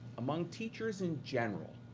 among teachers in general,